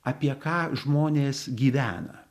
apie ką žmonės gyvena